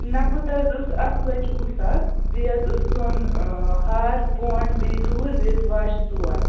نَقٕد حظ اوس اَکھ لَچھ وُہ ساس بیٚیہِ حظ اوس سۅن ہار پونٛڈ بیٚیہِ دوٗر بیٚیہِ ٲسۍ واجہِ ژور